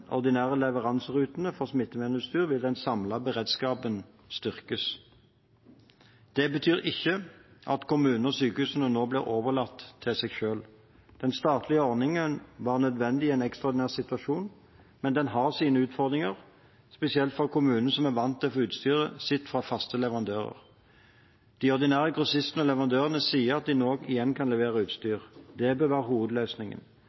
leveranserutene for smittevernutstyr vil den samlede beredskapen styrkes. Det betyr ikke at kommunene og sykehusene blir overlatt til seg selv. Den statlige ordningen var nødvendig i en ekstraordinær situasjon, men den har sine utfordringer, spesielt for kommuner som er vant til å få utstyret sitt fra faste leverandører. De ordinære grossistene og leverandørene sier at de nå igjen kan levere utstyr. Det bør være hovedløsningen.